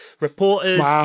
Reporters